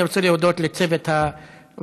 אני רוצה להודות לצוות הוועדה.